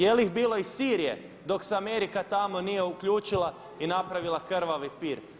Je li ih bilo iz Sirije dok se Amerika tamo nije uključila i napravila krvavi pir?